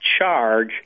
charge